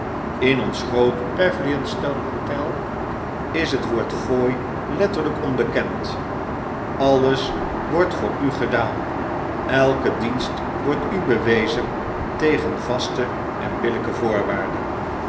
in ons groot pavilionstonehotel is het woord fooi letterlyk onbekend alles wordt voor u gedaan elke dienstwordt u bewezen tegen vaste en billyke voorwaarden